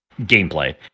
gameplay